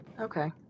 Okay